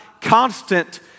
constant